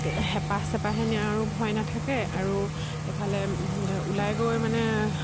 হেপাহ চেপাহে নিয়াৰো ভয় নাথাকে আৰু এইফালে ওলাই গৈ মানে